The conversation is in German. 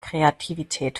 kreativität